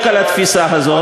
התפיסה הזאת.